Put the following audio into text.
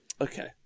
okay